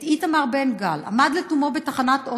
את איתמר בן גל, שעמד לתומו בתחנת אוטובוס,